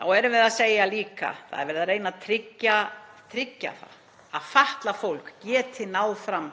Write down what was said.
Þá erum við líka að segja að það er verið að reyna að tryggja að fatlað fólk geti náð fram